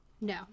No